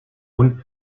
und